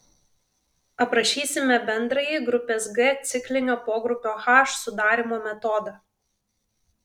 aprašysime bendrąjį grupės g ciklinio pogrupio h sudarymo metodą